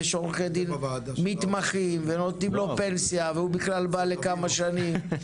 ויש עורכי דין מתמחים ונותנים לו פנסיה והוא בכלל בא לכמה שנים.